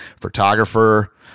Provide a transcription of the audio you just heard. photographer